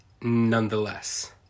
nonetheless